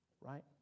right